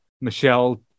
Michelle